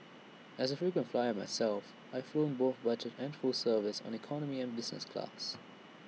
as A frequent flyer myself I've flown both budget and full service on economy and business class